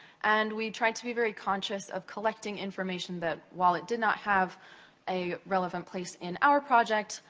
and we tried to be very conscious of collecting information that, while it did not have a relevant place in our project,